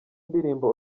ndirimbo